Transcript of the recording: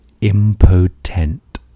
Impotent